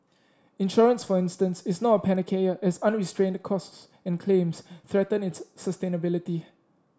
insurance for instance is not a panacea as unrestrained costs and claims threaten its sustainability